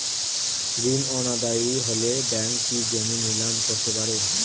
ঋণ অনাদায়ি হলে ব্যাঙ্ক কি জমি নিলাম করতে পারে?